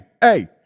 hey